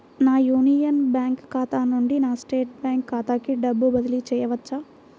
నా union bank ఖాతా నుండి నా స్టేట్ బ్యాంకు ఖాతాకి డబ్బు బదిలి చేయవచ్చా?